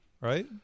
Right